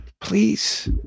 Please